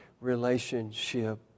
relationship